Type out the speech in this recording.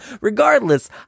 Regardless